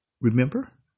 Remember